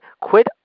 Quit